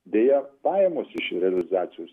deja pajamos iš realizacijos